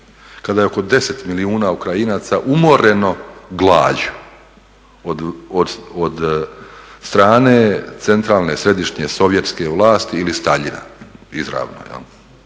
kada je oko 10 milijuna Ukrajinaca umoreno glađu od strane centralne, središnje sovjetske vlasti ili Staljina izravno.